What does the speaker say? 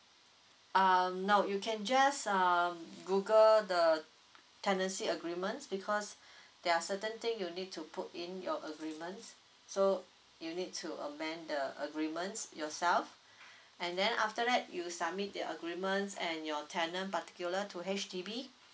um no you can just um google the tenancy agreements because there are certain thing you need to put in your agreements so you need to amend the agreements yourself and then after that you submit the agreements and your tenant particular to H_D_B